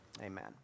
amen